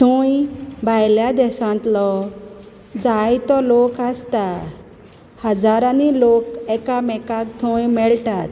थोंय भायल्या देसांतलो जायतो लोक आसता हजारांनी लोक एकामेकाक थंय मेळटात